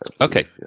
Okay